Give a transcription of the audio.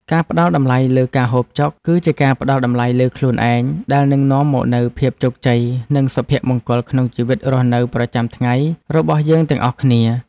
ការផ្តល់តម្លៃលើការហូបចុក គឺជាការផ្តល់តម្លៃលើខ្លួនឯងដែលនឹងនាំមកនូវភាពជោគជ័យនិងសុភមង្គលក្នុងជីវិតរស់នៅប្រចាំថ្ងៃរបស់យើងទាំងអស់គ្នា។